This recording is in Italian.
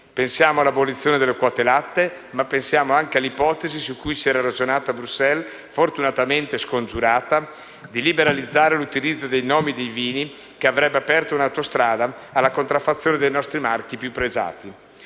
Pensiamo all'abolizione delle quote latte, ma pensiamo anche all'ipotesi su cui si era ragionato a Bruxelles, fortunatamente scongiurata, di liberalizzare l'utilizzo dei nomi dei vini che avrebbe aperto un'autostrada alla contraffazione dei nostri marchi più pregiati.